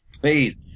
please